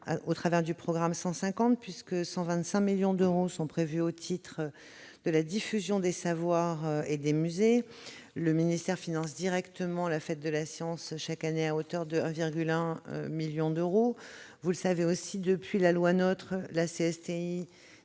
qui concerne le programme 150, puisque 125 millions d'euros sont prévus au titre de la diffusion des savoirs et des musées. Le ministère finance directement chaque année la fête de la science à hauteur de 1,1 million d'euros. Vous le savez aussi, depuis la loi NOTRe, la CSTI